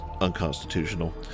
unconstitutional